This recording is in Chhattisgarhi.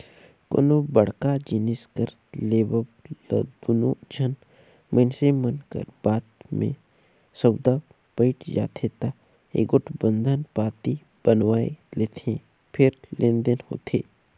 कोनो बड़का जिनिस कर लेवब म दूनो झन मइनसे मन कर बात में सउदा पइट जाथे ता एगोट बंधन पाती बनवाए लेथें फेर लेन देन होथे